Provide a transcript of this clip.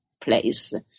place